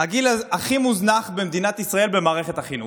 הגיל הכי מוזנח במדינת ישראל במערכת החינוך,